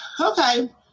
Okay